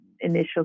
initial